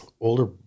older